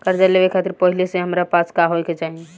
कर्जा लेवे खातिर पहिले से हमरा पास का होए के चाही?